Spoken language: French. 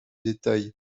détails